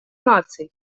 наций